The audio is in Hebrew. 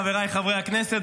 חבריי חברי הכנסת,